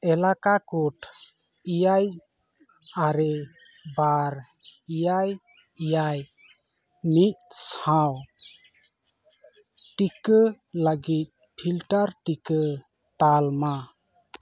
ᱮᱞᱟᱠᱟ ᱠᱳᱰ ᱮᱭᱟᱭ ᱟᱨᱮ ᱵᱟᱨ ᱮᱭᱟᱭ ᱮᱭᱟᱭ ᱢᱤᱫ ᱥᱟᱶ ᱴᱤᱠᱟᱹ ᱞᱟᱹᱜᱤᱫ ᱯᱷᱤᱞᱴᱟᱨ ᱴᱤᱠᱟᱹ ᱛᱟᱞᱢᱟ